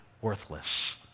worthless